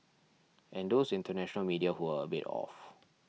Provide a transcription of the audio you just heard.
and those international media who were a bit off